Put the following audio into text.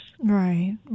Right